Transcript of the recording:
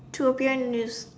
to appear news